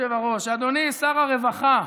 אדוני היושב-ראש, אדוני שר הרווחה,